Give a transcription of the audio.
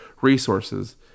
resources